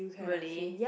really